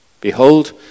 Behold